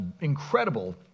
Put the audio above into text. incredible